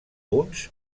uns